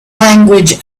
language